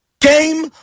Game